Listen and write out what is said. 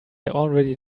already